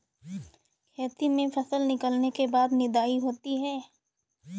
खेती में फसल निकलने के बाद निदाई होती हैं?